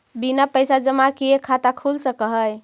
बिना पैसा जमा किए खाता खुल सक है?